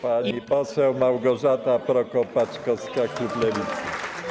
Pani poseł Małgorzata Prokop-Paczkowska, klub Lewicy.